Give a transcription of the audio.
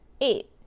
Eight